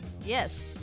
Yes